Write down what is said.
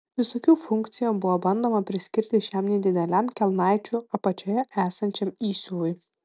visokių funkcijų buvo bandoma priskirti šiam nedideliam kelnaičių apačioje esančiam įsiuvui